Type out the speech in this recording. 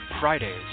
Fridays